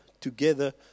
Together